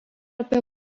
apie